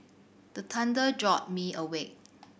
the thunder jolt me awake